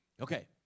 Okay